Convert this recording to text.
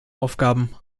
aufgaben